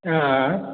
आँय